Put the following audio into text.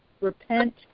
repent